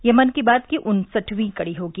यह मन की बात की उन्सठवीं कड़ी होगी